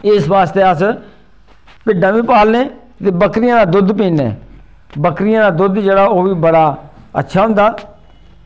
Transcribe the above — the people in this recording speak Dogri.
ते एह् इस आस्तै अस भिड्डां बी पालने ते बक्करियें दा दुद्ध पीने बक्करियें दा दुद्ध जेह्ड़ा ओह्बी बड़ा अच्छा होंदा